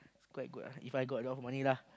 it's quite good ah If I got a lot of money lah